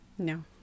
no